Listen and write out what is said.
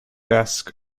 desk